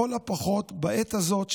לכל הפחות בעת הזאת,